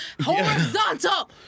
Horizontal